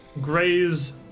graze